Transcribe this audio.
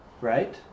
right